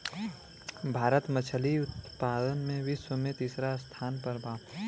भारत मछली उतपादन में विश्व में तिसरा स्थान पर बा